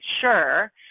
sure